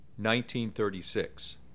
1936